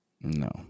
No